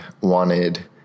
wanted